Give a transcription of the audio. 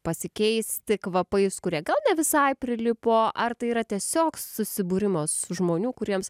pasikeisti kvapais kurie gal ne visai prilipo ar tai yra tiesiog susibūrimas žmonių kuriems